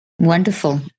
Wonderful